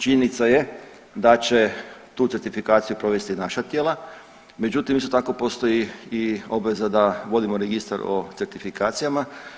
Činjenica je da će tu certifikaciju provesti naša tijela, međutim isto tak postoji i obveza da vodimo registar o certifikacijama.